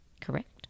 Correct